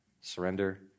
surrender